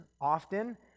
often